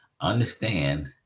understand